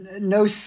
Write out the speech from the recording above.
no